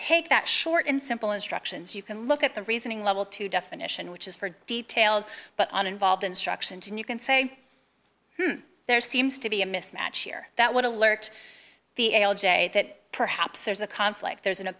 take that short and simple instructions you can look at the reasoning level to definition which is for detailed but on involved instructions and you can say there seems to be a mismatch here that would alert the a l j that perhaps there's a conflict there